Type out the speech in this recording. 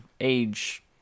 age